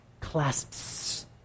Clasps